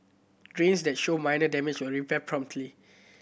drains that show minor damage will be repaired promptly